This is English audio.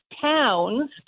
towns